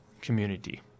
community